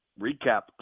recap